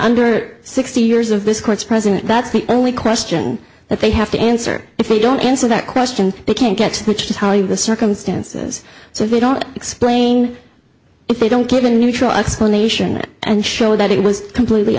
under sixty years of this court's president that's the only question that they have to answer if they don't answer that question they can't get much to tell you the circumstances so they don't explain if they don't give a neutral explanation and show that it was completely